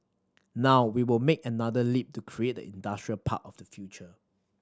now we will make another leap to create the industrial park of the future